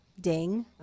Ding